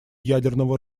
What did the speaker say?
ядерного